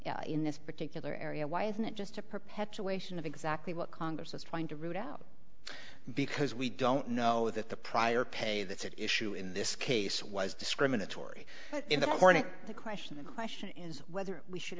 in this particular area why isn't it just a perpetuation of exactly what congress is trying to root out because we don't know that the prior pay that's at issue in this case was discriminatory but in the morning the question the question is whether we should